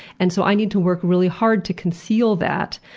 and so i need to work really hard to conceal that.